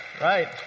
Right